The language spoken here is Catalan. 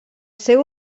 seu